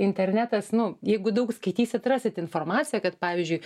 internetas nu jeigu daug skaitysit rasit informaciją kad pavyzdžiui